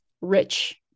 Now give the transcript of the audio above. rich